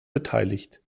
beteiligt